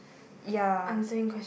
ya